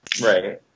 Right